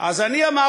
לא.